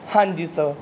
ਹਾਂਜੀ ਸਰ